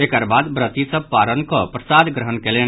एकर बाद व्रती सभ पारण कऽ प्रसाद ग्रहण कयलनि